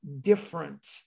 different